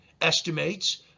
estimates